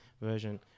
Version